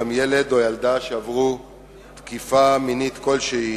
גם ילד או ילדה שעברו תקיפה מינית כלשהי